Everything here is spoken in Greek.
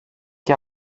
και